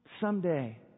someday